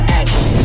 action